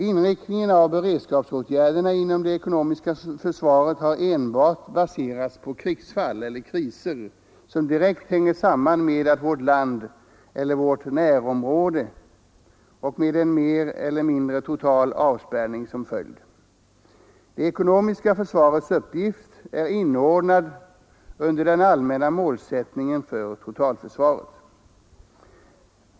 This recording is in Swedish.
Inriktningen av beredskapsåtgärderna inom det ekonomiska försvaret har enbart baserats på krigsfall eller kriser, som direkt hänger samman med vårt land eller vårt närområde och med en mer eller mindre total avspärrning som följd. Det ekonomiska försvarets uppgift är inordnad under den allmänna målsättningen för totalförsvaret.